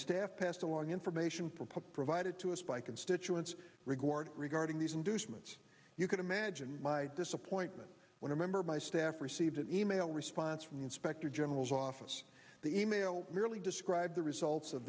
staff passed along information for provided to us by constituents record regarding these inducements you can imagine my disappointment when a member of my staff received an e mail response from the inspector general's office the e mail merely described the results of